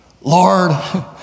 Lord